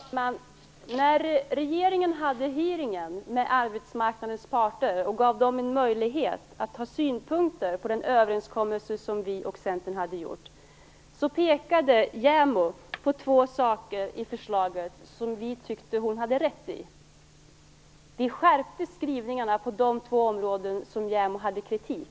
Fru talman! När regeringen hade hearingen med arbetsmarknadens parter och gav dem en möjlighet att komma med synpunkter på den överenskommelse som vi och Centern hade gjort, pekade JämO på två saker i förslaget. Det var synpunkter som vi tyckte att hon hade rätt i, och vi skärpte skrivningarna på de två områden där JämO hade kritik.